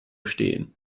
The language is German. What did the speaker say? stehen